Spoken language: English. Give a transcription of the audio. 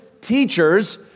teachers